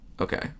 Okay